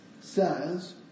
says